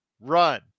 run